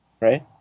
right